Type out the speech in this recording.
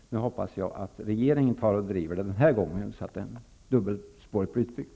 Nu hoppas jag att regeringen den här gången driver på så att dubbelspåret blir utbyggt.